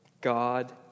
God